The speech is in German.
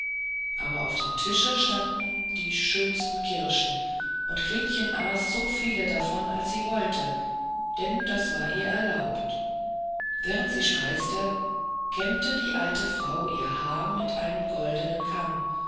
aber auf dem tische standen die schönsten kirschen und gretchen aß davon so viel sie wollte denn das war ihr erlaubt während sie speiste kämmte die alte frau ihr haar mit einem goldenen kamme